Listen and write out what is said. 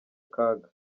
kaga